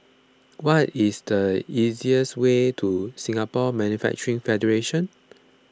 what is the easiest way to Singapore Manufacturing Federation